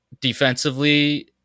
defensively